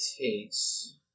takes